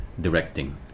directing